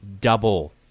double